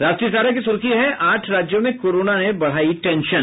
राष्ट्रीय सहारा की सुर्खी है आठ राज्यों में कोरोना ने बढ़ाई टेंशन